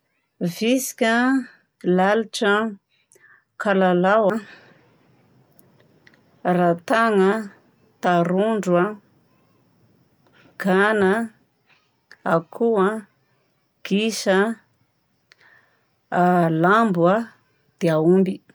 Visika a, lalitra a, kalalao a, ratagna, tarondro a, gana a, akoho a, gisa a, lambo a dia aômby.